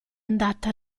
andata